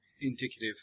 indicative